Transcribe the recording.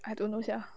I don't know sia